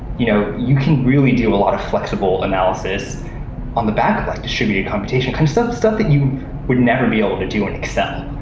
you know you can really do a lot of flexible analysis on the back like distributed computation and some stuff that you would never be able to do in excel.